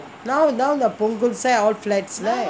now now the punggol side all flats right